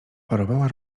parowała